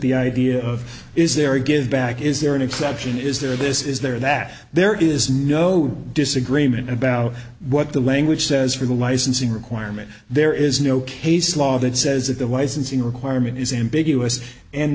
the idea of is there a give back is there an exception is there this is there that there is no disagreement about what the language says for the licensing requirement there is no case law that says that the wise in requirement is ambiguous and